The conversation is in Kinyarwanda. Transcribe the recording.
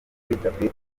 bidakwiye